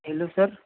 hello sir